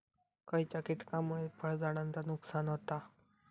खयच्या किटकांमुळे फळझाडांचा नुकसान होता?